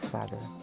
Father